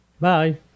bye